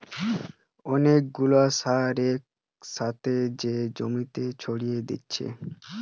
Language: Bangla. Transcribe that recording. অনেক গুলা সার এক সাথে যে জমিতে ছড়িয়ে দিতেছে